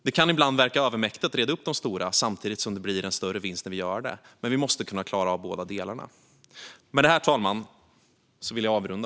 Det kan ibland verka övermäktigt att reda upp de stora, samtidigt som det blir en större vinst när vi gör det. Men vi måste kunna klara av båda delarna.